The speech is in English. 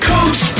Coach